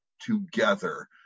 together